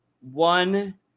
one